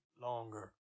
longer